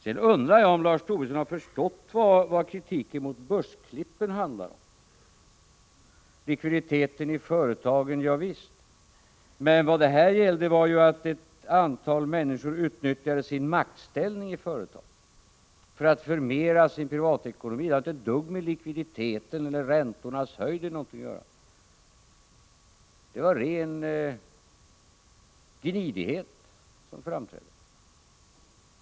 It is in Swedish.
Sedan undrar jag om Lars Tobisson har förstått vad kritiken mot börsklippen handlar om. Han talar om likviditeten i företagen. Javisst, men vad det här gällde var att ett antal människor utnyttjat sin maktställning i företagen för att förbättra sin privatekonomi. Det har inte ett dugg med likviditet och räntornas höjd att göra. Det var ren gnidighet.